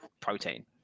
protein